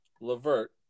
Levert